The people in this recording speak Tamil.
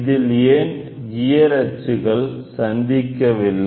இதில் ஏன் கியர் அச்சுகள் சந்திக்கவில்லை